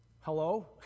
Hello